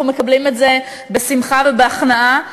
אנחנו מקבלים את זה בשמחה ובהכנעה,